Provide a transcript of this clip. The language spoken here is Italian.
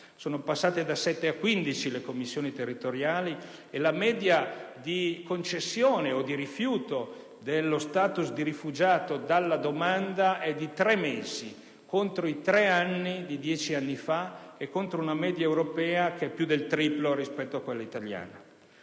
sono passate da 7 a 15 e la media di concessione o di rifiuto dello *status* di rifugiato dalla domanda è di tre mesi, contro i tre anni di dieci anni fa e contro una media europea che è più del triplo rispetto a quella italiana.